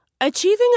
Achieving